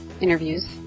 interviews